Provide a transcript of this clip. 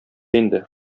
инде